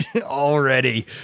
Already